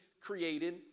created